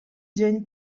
dzień